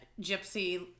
Gypsy